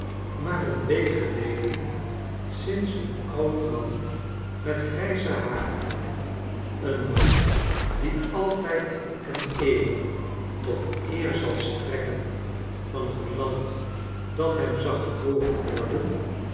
maar een week geleden sinds een oud man met grijze haren een man die altijd en eeuwig tot eer zal strekken van t land dat hem zag geboren worden